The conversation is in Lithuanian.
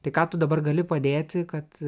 tai ką tu dabar gali padėti kad